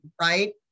right